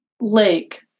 lake